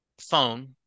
phone